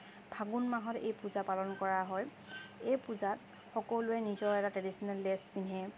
ফাগুণ মাহত এই পূজা পালন কৰা হয় এই পূজাত সকলোৱে নিজৰ এটা ট্ৰেডিশ্যনেল ড্ৰেছ পিন্ধে